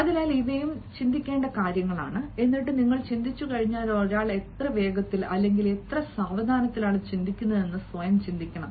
അതിനാൽ ഇവയും ചിന്തിക്കേണ്ട കാര്യങ്ങളാണ് എന്നിട്ട് നിങ്ങൾ ചിന്തിച്ചുകഴിഞ്ഞാൽ ഒരാൾ എത്ര വേഗത്തിൽ അല്ലെങ്കിൽ എത്ര സാവധാനത്തിലാണ് ചിന്തിക്കുന്നതെന്ന് സ്വയം ചിന്തിക്കണം